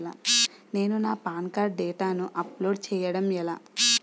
నేను నా PAN card డేటాను అప్లోడ్ చేయడం ఎలా?